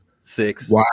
six